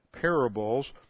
parables